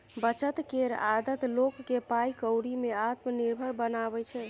बचत केर आदत लोक केँ पाइ कौड़ी में आत्मनिर्भर बनाबै छै